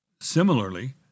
Similarly